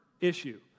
issue